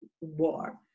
war